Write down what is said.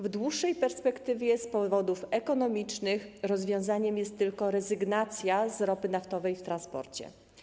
W dłuższej perspektywie z powodów ekonomicznych rozwiązaniem jest tylko rezygnacja z ropy naftowej w transporcie.